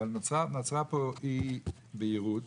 אבל נוצרה פה אי בהירות.